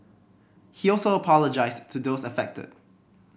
he also apologised to those affected